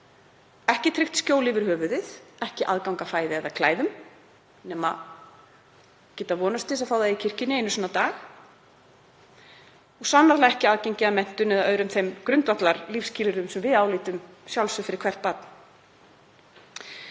ekki tryggt skjól yfir höfuðið, ekki aðgang að fæði eða klæðum, geta vonast til að fá aðstoð í kirkjunni einu sinni á dag, og sannarlega ekki aðgengi að menntun eða öðrum þeim grundvallarlífsskilyrðum sem við álítum sjálfsögð fyrir hvert barn.